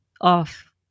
off